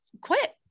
quit